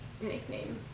nickname